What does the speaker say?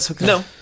No